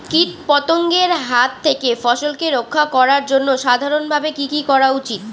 কীটপতঙ্গের হাত থেকে ফসলকে রক্ষা করার জন্য সাধারণভাবে কি কি করা উচিৎ?